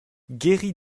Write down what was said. guéri